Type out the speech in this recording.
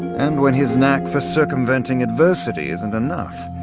and when his knack for circumventing adversity isn't enough,